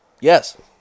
Yes